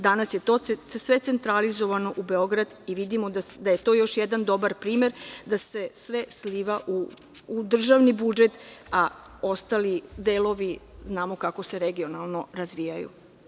Danas je sve to centralizovano u Beograd i vidimo da je to još jedan dobar primer da se sve sliva u državni budžet, a ostali delovi znamo kako se regionalno razvijaju.